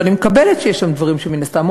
ואני מקבלת שיש שם דברים שמן הסתם,